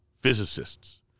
physicists